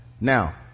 Now